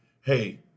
hey